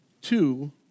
Two